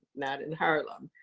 not in harlem.